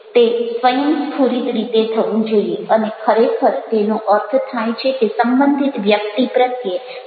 તે સ્વયંસ્ફુરિત રીતે થવું જોઈએ અને ખરેખર તેનો અર્થ થાય છે કે સંબંધિત વ્યક્તિ પ્રત્યે લાગણી અનુભવાવી જોઈએ